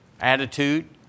attitude